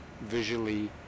visually